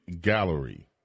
Gallery